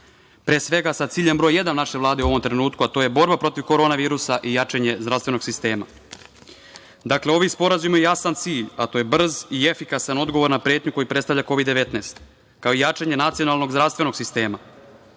pre svega sa ciljem broj jedan naše Vlade u ovom trenutku, a to je borba protiv korona virusa i jačanje zdravstvenog sistema. Dakle, ovi sporazumi imaju jasan cilj, a to je brz i efikasan odgovor na pretnju koju predstavlja Kovid 19, kao i jačanje nacionalnog zdravstvenog sistema. Ovim